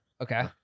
Okay